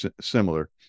similar